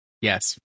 Yes